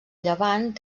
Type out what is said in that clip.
llevant